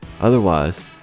Otherwise